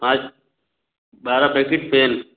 पाँच बारह packet pen